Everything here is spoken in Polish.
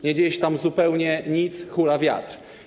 Nie dzieje się tam zupełnie nic, hula wiatr.